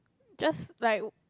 just like